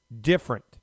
different